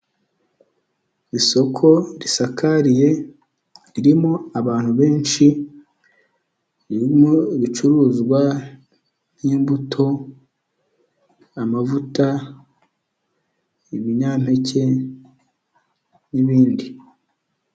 Isoko risakariye ,ririmo abantu benshi ,ririmo bicuruzwa nk'imbuto ,amavuta ibinyampeke n'ibindi.